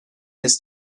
his